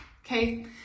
Okay